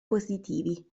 positivi